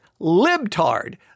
libtard